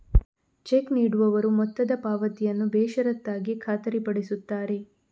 check ನೀಡುವವರು ಮೊತ್ತದ ಪಾವತಿಯನ್ನು ಬೇಷರತ್ತಾಗಿ ಖಾತರಿಪಡಿಸುತ್ತಾರೆ